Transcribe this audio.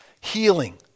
healing